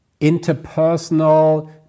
interpersonal